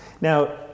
Now